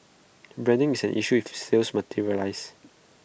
branding is an issue if A sales materialises